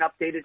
updated